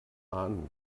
ahnen